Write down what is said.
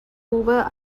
hoover